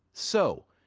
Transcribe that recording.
so,